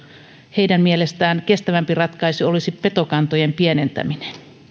heidän mielestään kestävämpi ratkaisu olisi petokantojen pienentäminen